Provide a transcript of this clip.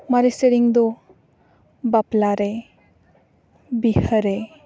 ᱢᱟᱨᱮ ᱥᱮᱨᱮᱧ ᱫᱚ ᱵᱟᱯᱞᱟ ᱨᱮ ᱵᱤᱦᱟᱹ ᱨᱮ